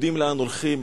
יודעים לאן הולכים,